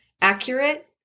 accurate